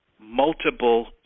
multiple